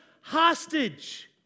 hostage